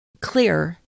clear